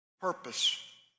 purpose